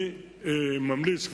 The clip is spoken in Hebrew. אני ממליץ,